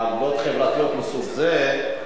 עוולות חברתיות מסוג זה.